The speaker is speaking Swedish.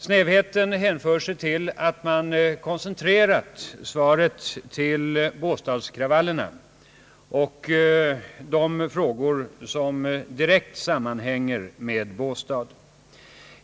Snävheten hänför sig till att man koncentrerat svaret till båstadskravallerna och de frågor som direkt sammanhänger med Båstad.